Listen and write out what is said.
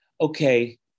Okay